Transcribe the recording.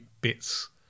bits